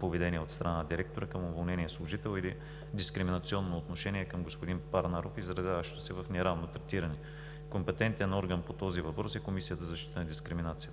поведение от страна на директора към уволнения служител или дискриминационно отношение към господин Парнаров, изразяващо се в неравно третиране. Компетентен орган по този въпрос е Комисията за защита от дискриминация.